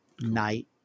night